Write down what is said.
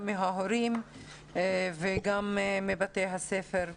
גם מההורים וגם מבתי הספר.